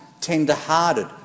tender-hearted